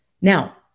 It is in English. Now